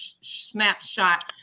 Snapshot